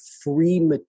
free